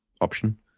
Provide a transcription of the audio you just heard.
option